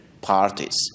parties